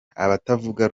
abatavuga